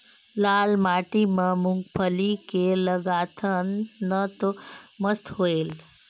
लाल माटी म मुंगफली के लगाथन न तो मस्त होयल?